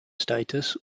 status